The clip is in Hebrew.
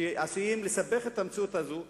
שעשויים לסבך את המציאות הזאת.